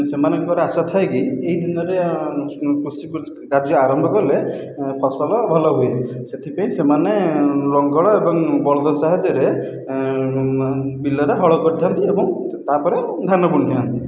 ସେମାନଙ୍କର ଆଶା ଥାଏକି ଏହି ଦିନରେ କୃଷି କାର୍ଯ୍ୟ ଆରମ୍ଭ କଲେ ଫସଲ ଭଲହୁଏ ସେଥିପାଇଁ ସେମାନେ ଲଙ୍ଗଳ ଏବଂ ବଳଦ ସାହାଯ୍ୟରେ ବିଲରେ ହଳ କରିଥାନ୍ତି ଏବଂ ତା'ପରେ ଧାନ ବୁଣିଥାନ୍ତି